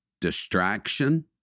Distraction